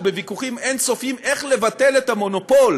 בוויכוחים אין-סופיים איך לבטל את המונופול,